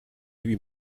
lui